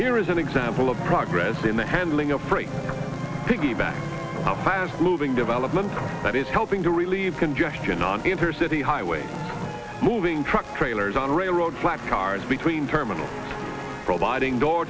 here is an example of progress in the handling of freight piggybacked the fast moving developments that is helping to relieve congestion on intercity highway moving truck trailers on railroad track cars between terminals providing door